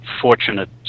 fortunate